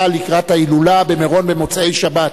לקראת ההילולה במירון במוצאי-שבת.